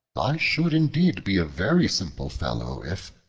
i should indeed be a very simple fellow if,